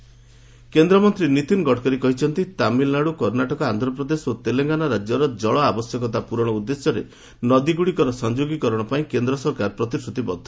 Gadkari river କେନ୍ଦ୍ରମନ୍ତ୍ରୀ ନୀତିନ ଗଡ଼କରୀ କହିଛନ୍ତି ତାମିଲନାଡୁ କର୍ଣ୍ଣାଟକ ଆନ୍ଧ୍ରପ୍ରଦେଶ ଓ ତେଲେଙ୍ଗାନା ରାଜ୍ୟର ଜଳ ଆବଶ୍ୟତା ପୂରଣ ଉଦ୍ଦେଶ୍ୟରେ ନଦୀଗୁଡ଼ିକର ସଂଯୋଗୀକରଣ ପାଇଁ କେନ୍ଦ୍ର ସରକାର ପ୍ରତିଶ୍ରତିବଦ୍ଧ